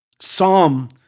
Psalm